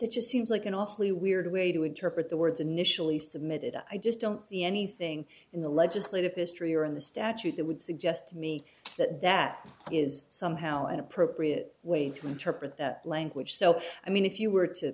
that just seems like an awfully weird way to interpret the words initially submitted i just don't see anything in the legislative history or in the statute that would suggest to me that that is somehow an appropriate way to interpret the language so i mean if you were to